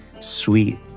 sweet